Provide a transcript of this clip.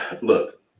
Look